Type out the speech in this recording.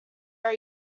are